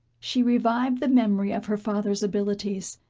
she revived the memory of her father's abilities,